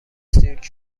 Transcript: سیرک